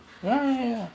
right right ya